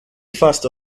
fast